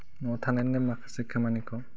न'आव थानानैनो माखासे खामानिखौ